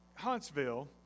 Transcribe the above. Huntsville